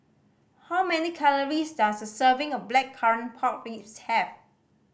how many calories does a serving of Blackcurrant Pork Ribs have